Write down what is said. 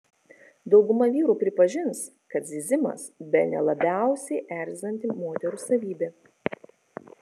dauguma vyrų pripažins kad zyzimas bene labiausiai erzinanti moterų savybė